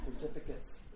certificates